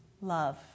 love